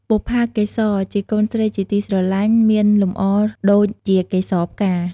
បុប្ផាកេសរ ជាកូនស្រីជាទីស្រលាញ់មានលម្អដូចជាកេសរផ្កា។